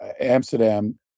Amsterdam